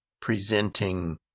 presenting